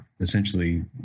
essentially